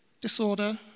disorder